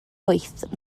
wyth